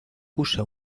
usa